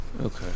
Okay